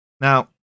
Now